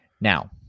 Now